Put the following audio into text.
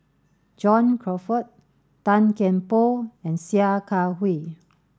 John Crawfurd Tan Kian Por and Sia Kah Hui